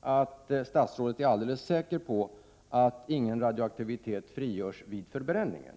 att statsrådet är alldeles säker på att ingen radioaktivitet frigörs vid förbränningen.